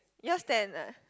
yours ten ah